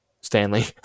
Stanley